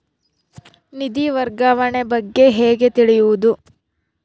ನಿಧಿ ವರ್ಗಾವಣೆ ಬಗ್ಗೆ ಹೇಗೆ ತಿಳಿಯುವುದು?